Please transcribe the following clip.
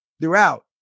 throughout